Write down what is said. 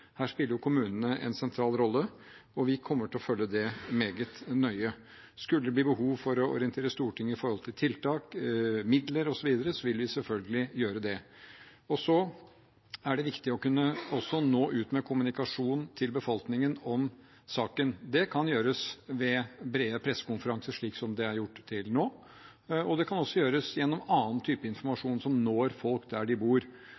Her spiller kommunene en sentral rolle, og vi kommer til å følge det meget nøye. Skulle det bli behov for å orientere Stortinget om tiltak, midler osv., vil vi selvfølgelig gjøre det. Det er også viktig å kunne nå ut til befolkningen med kommunikasjon om saken. Det kan gjøres ved brede pressekonferanser, slik det er gjort til nå, og det kan også gjøres gjennom annen type informasjon som når folk der de bor.